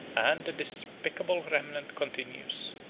and despicable remnant continues,